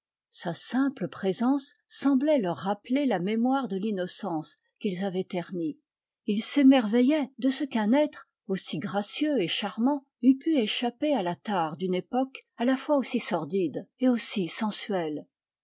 sa simple présence semblait leur rappeler la mémoire de l'innocence qu'ils avaient ternie ils s'émerveillaient de ce qu'un être aussi gracieux et charmant eût pu échapper à la tare d'une époque à la fois aussi sordide et aussi sensuelle